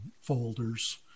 folders